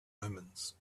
omens